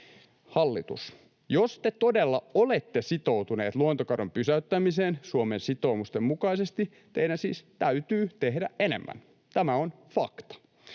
Hallitus, jos te todella olette sitoutuneet luontokadon pysäyttämiseen Suomen sitoumusten mukaisesti, teidän siis täytyy tehdä enemmän. Tämä on fakta.